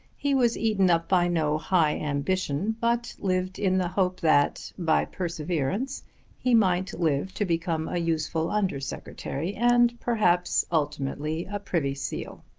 he was eaten up by no high ambition but lived in the hope that by perseverance he might live to become a useful under secretary, and perhaps, ultimately, a privy seal.